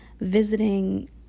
visiting